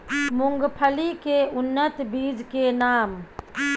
मूंगफली के उन्नत बीज के नाम?